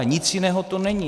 Nic jiného to není.